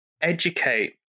educate